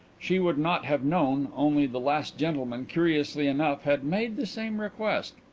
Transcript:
she would not have known, only the last gentleman, curiously enough, had made the same request.